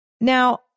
Now